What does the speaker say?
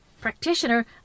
practitioner